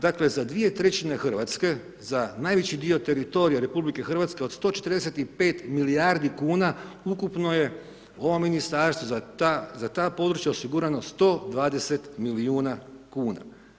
Dakle, za 2/3 Hrvatske, za najveći dio teritorija RH, od 145 milijardi kn, ukupno je ovo ministarstvo za ta područja osigurano 120 milijuna kn.